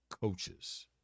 coaches